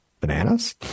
Bananas